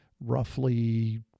roughly